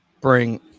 bring